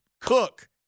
cook